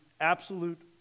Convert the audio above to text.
absolute